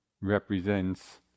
represents